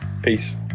Peace